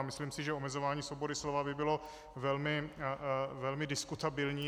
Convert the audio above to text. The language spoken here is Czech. Myslím si, že omezování svobody slova by bylo velmi diskutabilní.